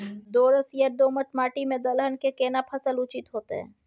दोरस या दोमट माटी में दलहन के केना फसल उचित होतै?